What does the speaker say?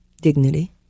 dignity